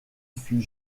fut